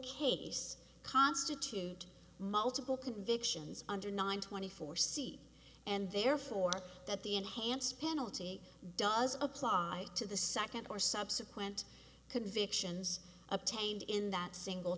case constitute multiple convictions under nine twenty four c and therefore that the enhanced penalty does apply to the second or subsequent convictions obtained in that single